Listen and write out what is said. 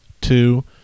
two